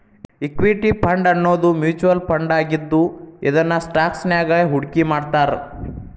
equity ಫಂಡನ್ನೋದು mutual ಫಂಡಾಗಿದ್ದು ಇದನ್ನ ಸ್ಟಾಕ್ಸ್ನ್ಯಾಗ್ ಹೂಡ್ಕಿಮಾಡ್ತಾರ